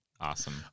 Awesome